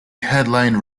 headline